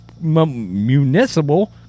Municipal